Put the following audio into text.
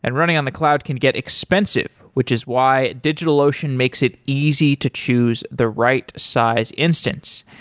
and running on the cloud can get expensive, which is why digitalocean makes it easy to choose the right size instance.